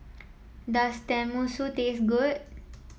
does Tenmusu taste good